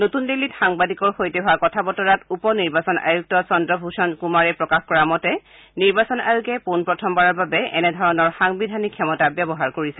নতুন দিল্লীত সাংবাদিকৰ সৈতে হোৱা কথা বতৰাত উপ নিৰ্বাচন আয়ুক্ত চন্দ্ৰভূষন কুমাৰে প্ৰকাশ কৰা মতে নিৰ্বাচন আয়োগে পোনপ্ৰথমবাৰৰ বাবে এনেধৰণৰ সাংবিধানিক ক্ষমতা ব্যৱহাৰ কৰিছে